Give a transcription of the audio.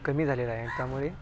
कमी झालेलं आहे त्यामुळे